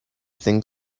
think